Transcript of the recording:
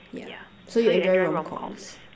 yeah so you enjoy rom-coms